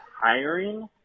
hiring